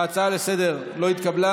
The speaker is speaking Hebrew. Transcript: ההצעה לסדר-היום לא התקבלה.